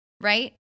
right